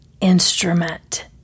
instrument